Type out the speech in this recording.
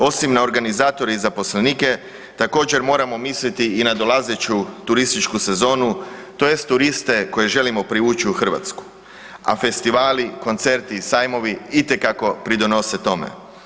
Osim na organizatore i zaposlenike također moramo misliti i na dolazeću turističku sezonu tj. turiste koje želimo privući u Hrvatsku, a festivali, koncerti i sajmovi itekako pridonose tome.